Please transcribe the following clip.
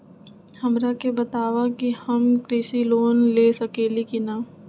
हमरा के बताव कि हम कृषि लोन ले सकेली की न?